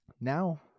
now